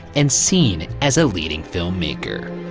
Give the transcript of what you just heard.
and seen as a leading filmmaker.